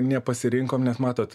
nepasirinkom nes matot